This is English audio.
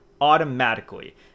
automatically